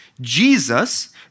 Jesus